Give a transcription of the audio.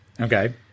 Okay